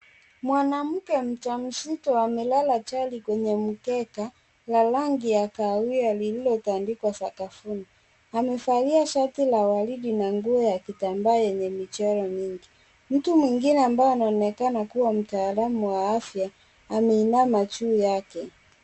Mwanamke mjamzito amelala chali kwenye mkeka la rangi la kahawia lililotandikwa sakafuni. Amevalia shati la waridi na nguo ya kitambaa yenye michoro mingi. Mtu mwingine ambaye anaonekana kuwa mtaalamu wa afya, ameinama juu yake.